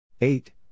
Eight